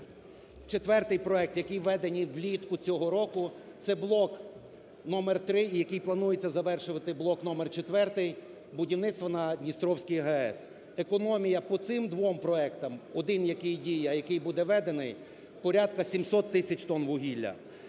Четвертий проект, який введений влітку цього року, це блок номер 3, який планується завершувати блок номер 4 будівництво на Дністровський ГАЕС. Економія по цим двом проектам, один, який діє, а який буде введений, порядку 700 тисяч тонн вугілля.